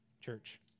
church